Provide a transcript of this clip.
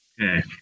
Okay